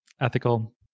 ethical